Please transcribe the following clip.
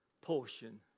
portion